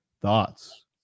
Thoughts